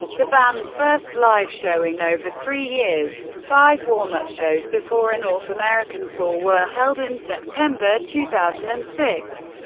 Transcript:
the band's first live show in over three years. five warm-up shows before a north american tour were held in september two thousand and six.